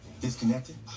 disconnected